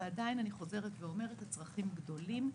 ועדיין אני חוזרת ואומרת שהצרכים הם גדולים.